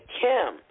Kim